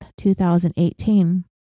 2018